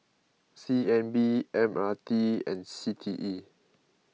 C N B M R T and C T E